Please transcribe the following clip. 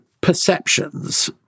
perceptions